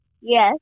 Yes